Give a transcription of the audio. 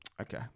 Okay